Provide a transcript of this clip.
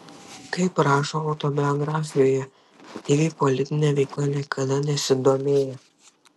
kaip rašo autobiografijoje aktyvia politine veikla niekada nesidomėjo